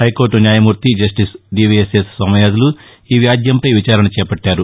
high court న్యాయమూర్తి justice DVSS Somayajulu ఈ వ్యాజ్యంపై విచారణ చేపట్గారు